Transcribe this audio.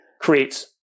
creates